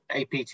apt